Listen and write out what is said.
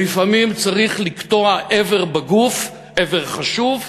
לפעמים צריך לקטוע איבר בגוף, איבר חשוב,